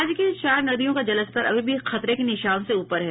राज्य के चार नदियों का जलस्तर अभी भी खतरे के निशान से ऊपर है